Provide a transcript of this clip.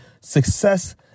success